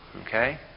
Okay